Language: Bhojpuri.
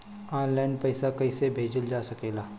आन लाईन पईसा कईसे भेजल जा सेकला?